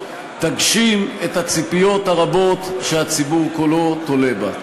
תגשים את הציפיות הרבות שהציבור כולו תולה בה.